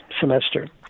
semester